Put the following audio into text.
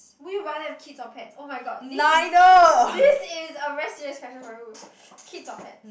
would you rather have kids or pets oh-my-god this is this is a very serious question for you kids or pets